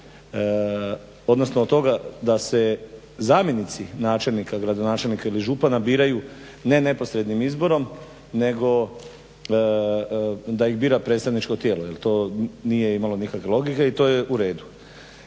odnosno od toga da se zamjenici načelnica, gradonačelnika ili župana biraju ne neposrednim izborom nego da ih bira predstavničko tijelo jer to nije imalo nikakve logike i to je u redu.